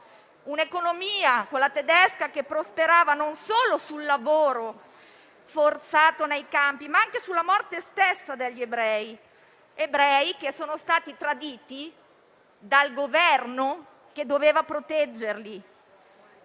Un'economia, quella tedesca, che prosperava non solo sul lavoro forzato nei campi, ma anche sulla morte stessa degli ebrei. Ebrei che sono stati traditi dal Governo che doveva proteggerli.